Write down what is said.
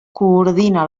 coordina